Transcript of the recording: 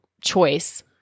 choice